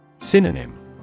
Synonym